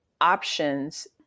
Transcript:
options